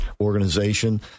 organization